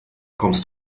kommst